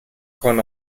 con